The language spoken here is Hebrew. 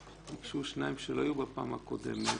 שניים שלא היו בפעם הקודמת